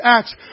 Acts